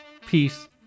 Peace